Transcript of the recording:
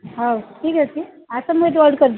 ହଉ ଠିକ୍ ଅଛି ଆସନ୍ତୁ ମୁଁ ଏଠି ଅର୍ଡ଼ର୍ କରିବି